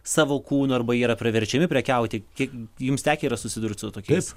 savo kūnu arba yra praverčiami prekiauti kiek jums tekę yra susidurt su tokiais